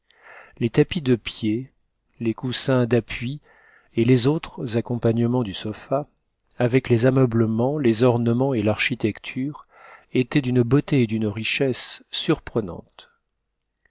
les tapis de pied les coussins d'appui et les autres accompagnements du sofa avec les ameublements les ornements et l'architecture étaient d'une beauté et d'une richesse surprenantes